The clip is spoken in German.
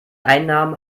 einnahmen